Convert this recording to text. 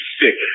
sick